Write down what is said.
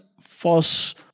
force